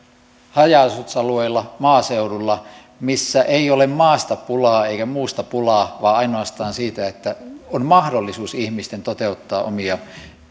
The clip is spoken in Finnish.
haja asutusalueilla maaseudulla missä ei ole maasta pulaa eikä muusta pulaa vaan ainoastaan siitä että ihmisillä on mahdollisuus toteuttaa omia